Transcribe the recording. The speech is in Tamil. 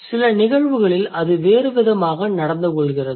சில நிகழ்வுகளில் அது வேறு விதமாக நடந்து கொள்கிறது